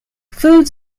food